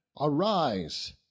arise